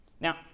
Now